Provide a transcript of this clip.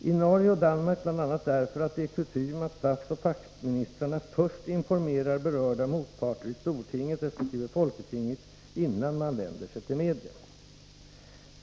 —-—-— I Norge och Danmark bl a därför att det är kutym att statsoch fackministrarna först informerar berörda motparter i stortinget respektive folketinget innan man vänder sig till media.